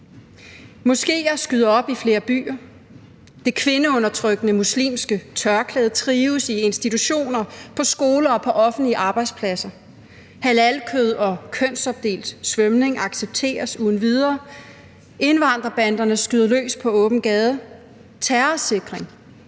Moskéer skyder op i flere byer, det kvindeundertrykkende muslimske tørklæde trives i institutioner, på skoler og på offentlige arbejdspladser. Halalkød og kønsopdelt svømning accepteres uden videre. Indvandrerbanderne skyder løs på åben gade. Terrorsikring